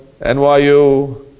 NYU